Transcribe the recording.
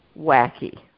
wacky